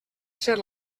ser